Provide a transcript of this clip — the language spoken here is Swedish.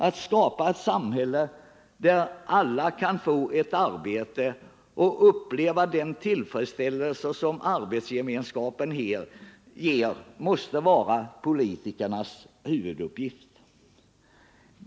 Att skapa ett samhälle där alla kan få ett arbete och uppleva den tillfredsställelse som arbetsgemenskap ger måste vara politikernas huvuduppgift.